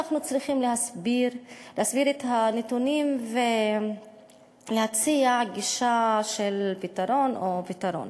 אנחנו צריכים להסביר את הנתונים ולהציע גישה של פתרון או פתרון.